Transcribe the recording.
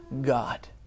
God